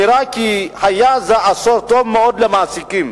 נראה כי היה זה עשור טוב מאוד למעסיקים.